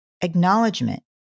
acknowledgement